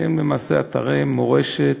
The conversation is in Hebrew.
שהם למעשה אתרי מורשת,